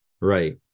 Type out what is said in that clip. Right